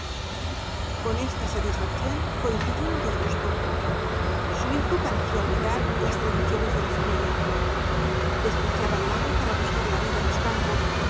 con esta satisfacción coincidió un disgusto su hijo parecía olvidar las tradiciones de la familia despreciaba el lago para buscar la vida en loa campos